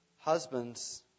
Husbands